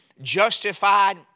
justified